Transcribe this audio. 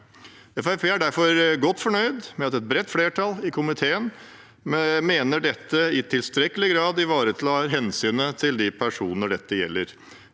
er derfor godt fornøyd med at et bredt flertall i komiteen mener dette i tilstrekkelig grad ivaretar hensynet til de personer dette gjelder.